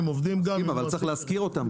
נכון, אבל צריך להזכיר אותם.